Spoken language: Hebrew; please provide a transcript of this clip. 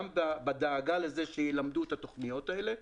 גם בדאגה לכך שילמדו את התוכניות האלה,